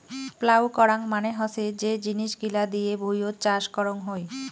plough করাং মানে হসে যে জিনিস গিলা দিয়ে ভুঁইয়ত চাষ করং হই